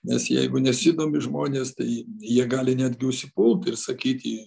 nes jeigu nesidomi žmonės tai jie gali netgi užsipult ir sakyti